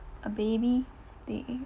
a baby they